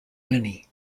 many